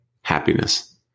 happiness